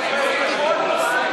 קודם סמוטריץ התחפש לפולקמן,